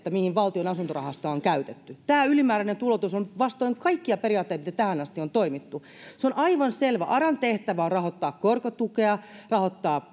mihin valtion asuntorahastoa on käytetty tämä ylimääräinen tuloutus on vastoin kaikkia periaatteita miten tähän asti on toimittu se on aivan selvä aran tehtävä on rahoittaa korkotukea rahoittaa